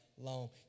long